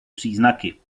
příznaky